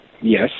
Yes